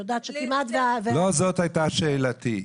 לא זאת הייתה שאלתי.